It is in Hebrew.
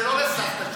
זה לא לסבתא שלי.